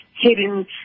hidden